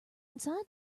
inside